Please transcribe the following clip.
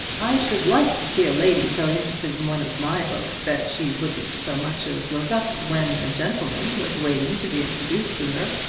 i should like to see a lady so interested in one of my books that she wouldn't so much as look up when a gentleman was waiting to be introduced to her.